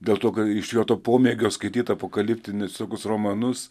dėl to gal iš jo to pomėgio skaityti apokaliptinius visokius romanus